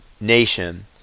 nation